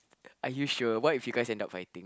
are you sure what if you guys end up fighting